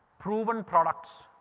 proven products,